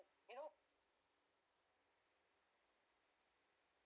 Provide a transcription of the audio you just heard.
you know